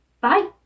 Bye